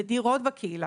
בדירות בקהילה.